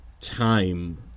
time